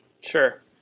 Sure